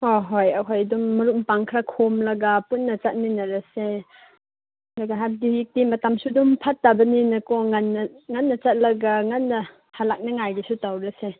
ꯍꯣ ꯍꯣꯏ ꯑꯩꯈꯣꯏ ꯑꯗꯨꯝ ꯃꯔꯨꯞ ꯃꯄꯥꯡ ꯈꯔ ꯈꯣꯝꯂꯒ ꯄꯨꯟꯅ ꯆꯠꯃꯤꯟꯅꯔꯁꯦ ꯑꯗꯨꯒ ꯍꯥꯏꯕꯗꯤ ꯍꯧꯖꯤꯛꯇꯤ ꯃꯇꯝꯁꯨ ꯑꯗꯨꯝ ꯐꯠꯇꯕꯅꯤꯅꯀꯣ ꯉꯟꯅ ꯉꯟꯅ ꯆꯠꯂꯒ ꯉꯟꯅ ꯍꯜꯂꯛꯅꯤꯡꯉꯥꯏꯒꯤꯁꯨ ꯇꯧꯔꯁꯦ